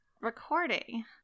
recording